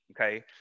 okay